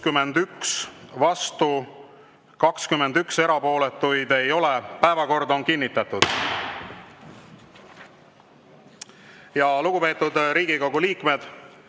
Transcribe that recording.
61, vastu 21 ja erapooletuid ei ole. Päevakord on kinnitatud. Lugupeetud Riigikogu liikmed,